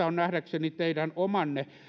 on nähdäkseni teidän omanne